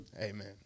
Amen